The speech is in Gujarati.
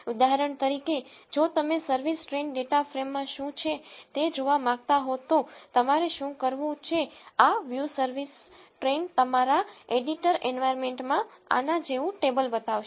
ઉદાહરણ તરીકે જો તમે સર્વિસ ટ્રેઈન ડેટા ફ્રેમમાં શું છે તે જોવા માંગતા હો તો તમારે શું કરવું છે આ વ્યુ સર્વિસ ટ્રેઈન તમારા એડિટર એન્વાયરમેન્ટમાં આના જેવું ટેબલ બતાવશે